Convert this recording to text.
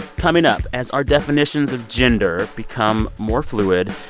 coming up, as our definitions of gender become more fluid,